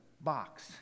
box